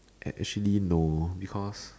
additionally no because